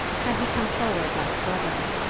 had he come forward like a brother,